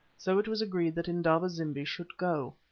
so it was agreed that indaba-zimbi should go.